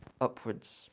upwards